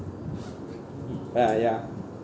uh ya